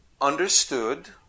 understood